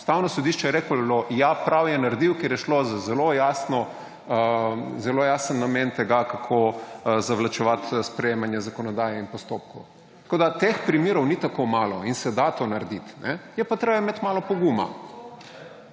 Ustavno sodišče je reklo: ja, prav je naredil, ker je šlo za zelo jasen namen tega, kako zavlačevati sprejemanje zakonodaje in postopkov. Tako, da teh primerov in tako malo in se da to narediti, ne? Je pa treba imeti malo poguma.